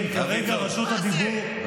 כן, כרגע רשות הדיבור, מה זה?